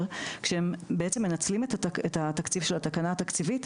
כשהם בעצם הם מנצלים את התקציב של התקנה התקציבית,